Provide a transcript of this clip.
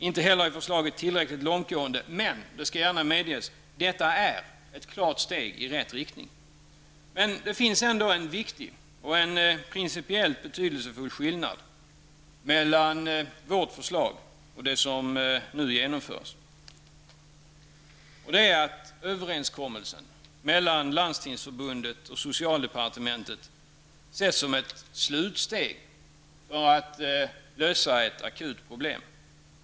Inte heller är förslaget tillräckligt långtgående men -- det skall gärna medges -- detta är ett klart steg i rätt riktning. Men det finns ändå en viktig, och principiellt betydelsefull, skillnad mellan vårt förslag och det som nu genomförs, och det är att överenskommelsen mellan Landstingförbundet och socialdepartementet ses som ett slutsteg för att lösa ett akut problem.